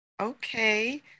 Okay